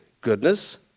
goodness